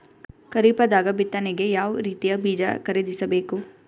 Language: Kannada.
ಖರೀಪದ ಬಿತ್ತನೆಗೆ ಯಾವ್ ರೀತಿಯ ಬೀಜ ಖರೀದಿಸ ಬೇಕು?